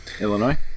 Illinois